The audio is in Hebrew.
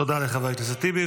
תודה לחבר הכנסת טיבי,